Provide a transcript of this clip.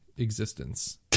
existence